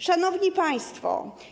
Szanowni Państwo!